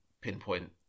pinpoint